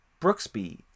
Brooksby